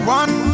one